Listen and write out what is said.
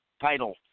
title